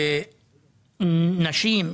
נשים,